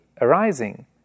arising